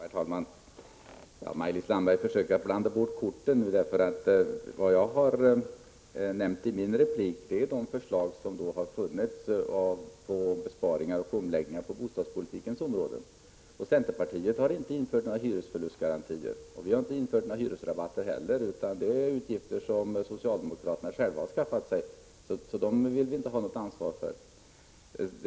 Herr talman! Maj-Lis Landberg försöker nu att blanda bort korten. Vad jag har nämnt i min replik är de förslag som har funnits i fråga om besparingar och omläggningar på bostadspolitikens område. Centerpartiet har inte infört några hyresförlustgarantier. Vi har inte heller infört några hyresrabatter. Det är utgifter som socialdemokraterna själva har skaffat sig. Det vill inte vi ha något ansvar för.